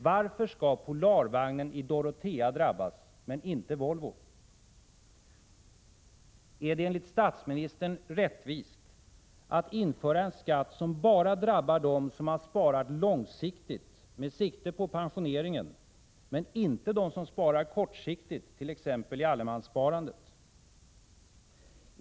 Varför skall Polarvagnen i Dorotea drabbas men inte Volvo? Är det enligt statsministern rättvist att införa en skatt, som bara drabbar dem som sparat långsiktigt med sikte på pensioneringen men inte dem som sparat kortsiktigt, t.ex. i allemanssparandet?